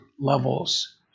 levels